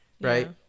right